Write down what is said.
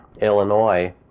Illinois